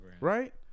right